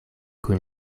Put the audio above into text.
kun